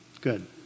good